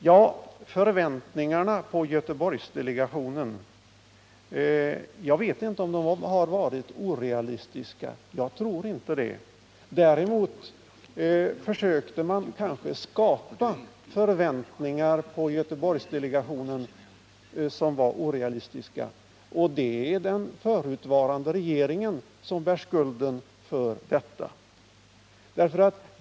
Jag vet inte om förväntningarna på Göteborgsdelegationen har varit orealistiska, men jag tror inte det. Däremot försökte man kanske skapa orealistiska förväntningar på Göteborgsdelegationen, och det är den förra regeringen som bär skulden till detta.